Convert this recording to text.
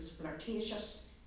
flirtatious